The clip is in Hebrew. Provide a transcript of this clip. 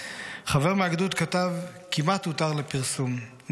חבר מהגדוד כתב 'כמעט הותר לפרסום' /